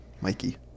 Mikey